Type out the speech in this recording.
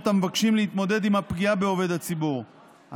המבקשים להתמודד עם הפגיעה בעובד הציבור.